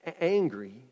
angry